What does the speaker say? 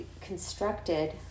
constructed